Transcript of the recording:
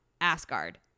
asgard